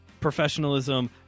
professionalism